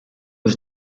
was